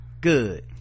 Good